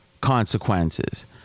consequences